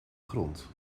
grond